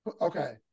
Okay